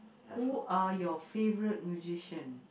who are your favourite musician